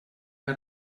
que